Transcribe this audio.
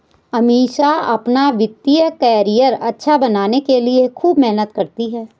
अमीषा अपना वित्तीय करियर अच्छा बनाने के लिए खूब मेहनत करती है